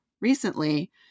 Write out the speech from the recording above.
recently